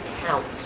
Count